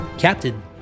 Captain